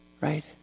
Right